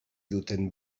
duten